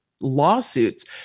lawsuits